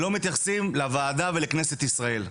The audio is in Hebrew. ולא מתייחסים לוועדה, ולכנסת ישראל.